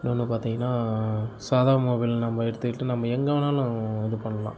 இன்னொன்று பார்த்திங்கன்னா சாதா மொபைல் நம்ம எடுத்துக்கிட்டு நம்ம எங்கே வேணாலும் நம்ம இது பண்ணலாம்